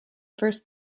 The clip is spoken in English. first